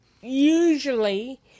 usually